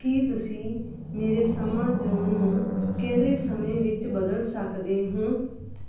ਕੀ ਤੁਸੀਂ ਮੇਰੇ ਸਮਾਂ ਜੋਨ ਨੂੰ ਕੇਂਦਰੀ ਸਮੇਂ ਵਿੱਚ ਬਦਲ ਸਕਦੇ ਹੋ